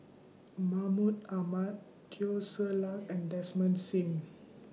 Mahmud Ahmad Teo Ser Luck and Desmond SIM